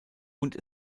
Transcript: und